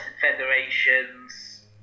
federations